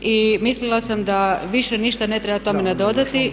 i mislila sam da više ništa ne treba tome nadodati.